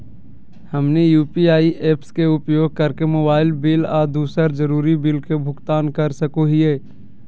हमनी UPI apps के उपयोग करके मोबाइल बिल आ दूसर जरुरी बिल के भुगतान कर सको हीयई